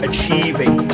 Achieving